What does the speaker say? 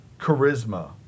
charisma